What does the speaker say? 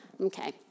Okay